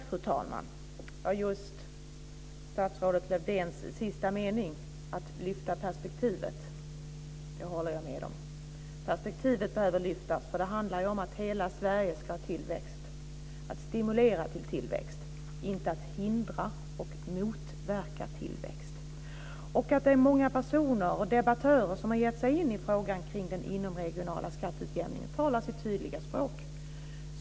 Fru talman! Just statsrådet Lövdéns sista mening, om att lyfta perspektivet, instämmer jag i. Perspektivet behöver lyftas, för det handlar ju om att hela Sverige ska ha tillväxt, att stimulera tillväxt, inte att hindra och motverka tillväxt. Att det är många personer och debattörer som har gett sig in i frågan kring den inomkommunala skatteutjämningen talar sitt tydliga språk.